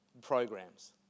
programs